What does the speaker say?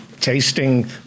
tasting